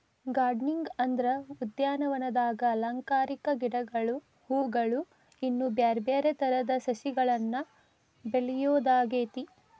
gardening ಅಂದ್ರ ಉದ್ಯಾನವನದಾಗ ಅಲಂಕಾರಿಕ ಗಿಡಗಳು, ಹೂವುಗಳು, ಇನ್ನು ಬ್ಯಾರ್ಬ್ಯಾರೇ ತರದ ಸಸಿಗಳನ್ನ ಬೆಳಿಯೋದಾಗೇತಿ